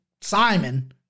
Simon